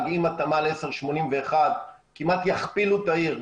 עם התמ"ל/1081 כמעט יכפילו את העיר,